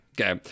okay